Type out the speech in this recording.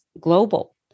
global